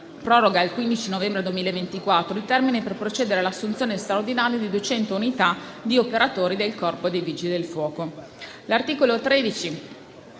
proroga al 15 novembre 2024 il termine per procedere all'assunzione straordinaria di 200 unità di operatori del Corpo nazionale dei vigili del fuoco,